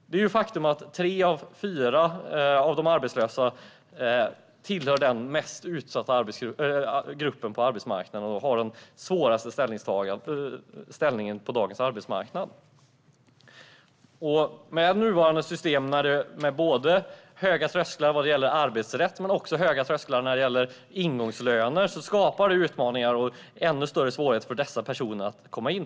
Det är ett faktum att tre av fyra av de arbetslösa tillhör den mest utsatta gruppen och har den svåraste ställningen på dagens arbetsmarknad. Nuvarande system med höga trösklar vad gäller både arbetsrätt och ingångslöner skapar utmaningar och ännu större svårigheter för dessa personer att komma in.